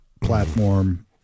platform